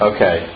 Okay